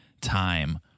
time